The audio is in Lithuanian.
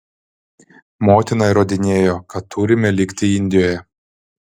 motina įrodinėjo kad turime likti indijoje